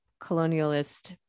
colonialist